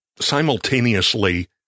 simultaneously